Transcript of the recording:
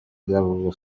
dialogo